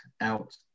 out